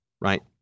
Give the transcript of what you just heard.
right